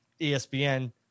ESPN